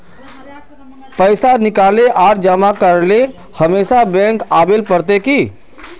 पैसा निकाले आर जमा करेला हमेशा बैंक आबेल पड़ते की?